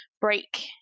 break